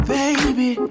baby